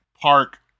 Park